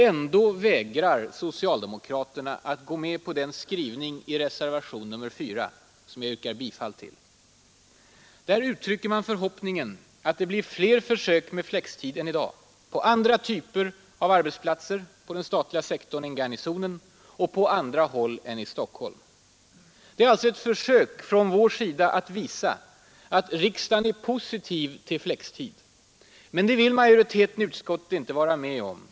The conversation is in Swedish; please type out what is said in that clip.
Ändå vägrar socialdemoktraterna fortfarande att gå med på den skrivning i reservationen 4, som jag yrkar bifall till. Där uttrycker man förhoppningen att det blir flera försök med flextid än i dag, på andra typer av arbetsplatser inom den statliga sektorn än Garnisonen och på andra håll än i Stockholm. Det är alltså ett försök från vår sida att visa att riksdagen är positiv till flextid. Men det vill majoriteten i utskottet inte vara med om.